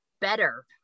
better